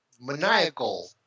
maniacal